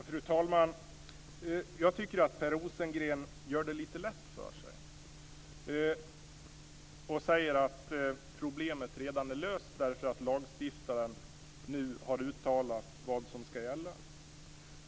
Fru talman! Jag tycker att Per Rosengren gör det lite lätt för sig när han säger att problemet redan är löst därför att lagstiftaren nu har uttalat vad som skall gälla.